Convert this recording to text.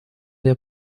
der